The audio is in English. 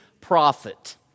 prophet